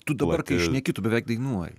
tu dabar kai šneki tu beveik dainuoji